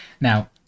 Now